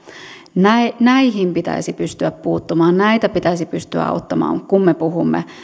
näihin näihin pitäisi pystyä puuttumaan näitä pitäisi pystyä auttamaan kun me puhumme